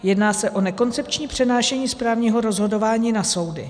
Jedná se o nekoncepční přenášení správního rozhodování na soudy.